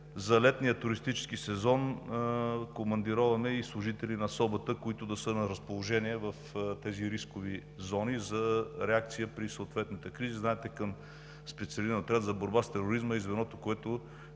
За летния туристически сезон командироваме и служители на СОБТ, които да са на разположение в тези рискови зони за реакция при съответните кризи. Знаете, че към Специализирания отряд за борба с тероризма и Звеното за